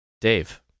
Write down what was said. Dave